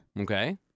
Okay